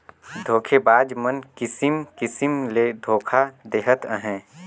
धोखेबाज मन किसिम किसिम ले धोखा देहत अहें